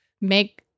make